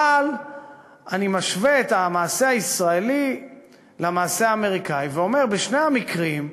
אבל אני משווה את המעשה הישראלי למעשה האמריקני ואומר: בשני המקרים,